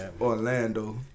Orlando